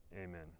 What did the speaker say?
Amen